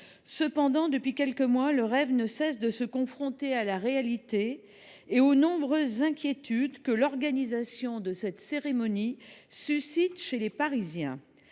Cependant, depuis quelques mois, le rêve ne cesse de se confronter à la réalité, c’est à dire aux nombreuses inquiétudes que l’organisation de cette cérémonie suscite chez les Parisiens.